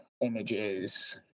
images